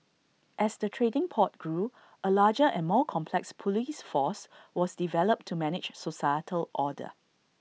as the trading port grew A larger and more complex Police force was developed to manage societal order